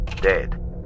dead